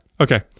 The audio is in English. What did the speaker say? Okay